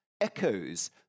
echoes